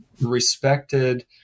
respected